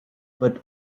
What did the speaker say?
but